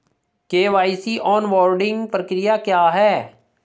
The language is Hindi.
के.वाई.सी ऑनबोर्डिंग प्रक्रिया क्या है?